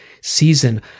season